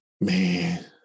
man